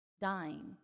dying